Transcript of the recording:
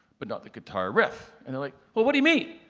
but not the guitar riff. and they're like, well, what do you mean?